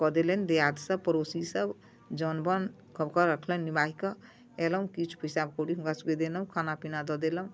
कऽ देलनि दिआदसब पड़ोसीसब जौन बोनिसबके रखलनि निबाहिके अएलहुँ किछु पइसा कौड़ी हुनकासबके देलहुँ खाना पीना दऽ देलहुँ